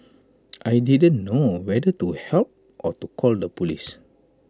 I didn't know whether to help or to call the Police